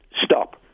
stop